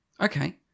Okay